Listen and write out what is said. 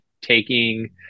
taking